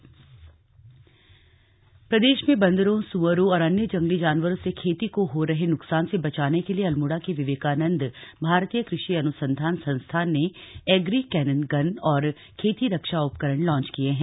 agree canon gun प्रदेश में बंदरों सुअरों और अन्य जंगली जानवरों से खेती को हो रहे नुकसान से बचाने के लिए अल्मोड़ा के विवेकानन्द भारतीय कृषि अनुसंधान संस्थान ने एग्री कैनन गन और खेती रक्षा उपकरण लॉन्च किये हैं